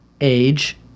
age